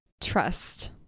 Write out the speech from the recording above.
trust